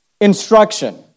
instruction